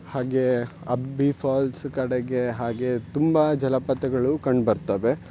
ಹಾಗೇ ಅಬ್ಬಿ ಫಾಲ್ಸ್ ಕಡೆಗೆ ಹಾಗೆ ತುಂಬ ಜಲಪಾತಗಳು ಕಂಡುಬರ್ತವೆ